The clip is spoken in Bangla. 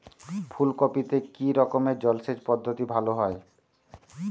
ফুলকপিতে কি রকমের জলসেচ পদ্ধতি ভালো হয়?